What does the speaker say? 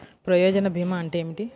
ప్రయోజన భీమా అంటే ఏమిటి?